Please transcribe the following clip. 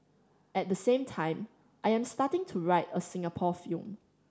at the same time I am starting to write a Singapore film